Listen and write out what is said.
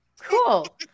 Cool